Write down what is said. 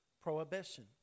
prohibition